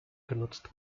genutzt